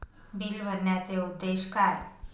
Bill भरण्याचे उद्देश काय?